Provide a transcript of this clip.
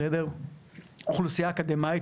אוכלוסייה אקדמאית.